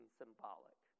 symbolic